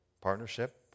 partnership